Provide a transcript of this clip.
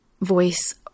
voice